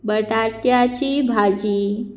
बटाट्याची भाजी